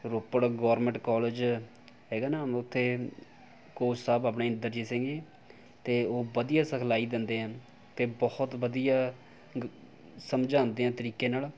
Ropar government college ਹੈਗਾ ਨਾ ਉੱਥੇ ਕੋਚ ਸਾਹਿਬ ਆਪਣੇ ਇੰਦਰਜੀਤ ਸਿੰਘ ਜੀ ਅਤੇ ਉਹ ਵਧੀਆ ਸਿਖਲਾਈ ਦਿੰਦੇ ਹਨ ਅਤੇ ਬਹੁਤ ਵਧੀਆ ਸਮਝਾਉਂਦੇ ਆ ਤਰੀਕੇ ਨਾਲ